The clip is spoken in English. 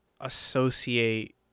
associate